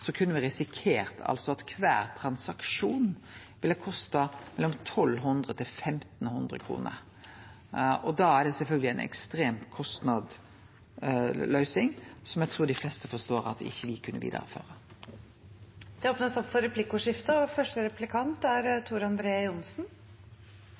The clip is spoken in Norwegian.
kunne me risikert at kvar transaksjon ville koste 1 200–1 500 kr. Da er det sjølvsagt ei ekstremt kostbar løysing, som eg trur dei fleste forstår at me ikkje kunne føre vidare. Det blir replikkordskifte. Takk for orienteringen om at det er